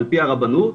עפ"י הרבנות,